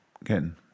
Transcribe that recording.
again